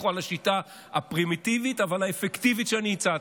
לכו על השיטה הפרימיטיבית אבל האפקטיבית שאני הצעתי.